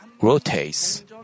rotates